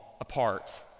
apart